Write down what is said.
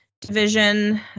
division